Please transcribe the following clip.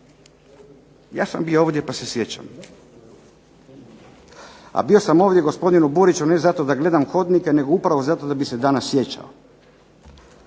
Ja sam bio ovdje pa se sjećam. A bio sam ovdje gospodine Buriću ne zato da gledam hodnike, nego upravo zato da bih se danas sjećao.